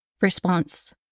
response